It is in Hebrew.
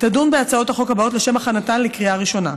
תדון בהצעות החוק הבאות לשם הכנתן לקריאה ראשונה: